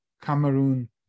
Cameroon